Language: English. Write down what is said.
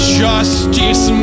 justice